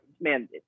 man